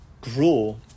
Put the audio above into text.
grow